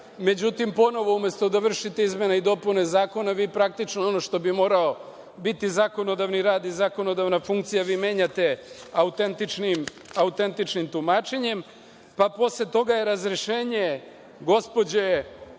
Međutim, ponovo umesto da vršite izmene i dopune zakona, vi praktično, ono što bi morao biti zakonodavni i zakonodavna funkcija, vi menjate autentičnim tumačenjem. Posle toga je razrešenje gospođe